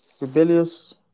Rebellious